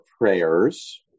prayers